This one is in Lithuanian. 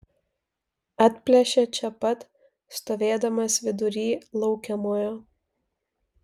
atplėšia čia pat stovėdamas vidury laukiamojo